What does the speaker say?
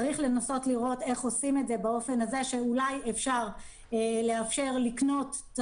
צריך לנסות לראות איך עושים את זה באופן הזה שאולי אפשר לאפשר ליותר